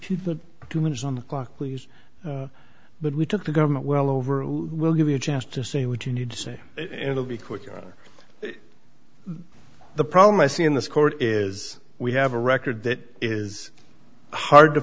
for the two minutes on the clock please but we took the government well over we'll give you a chance to see what you need to say it will be quicker the problem i see in this court is we have a record that is hard to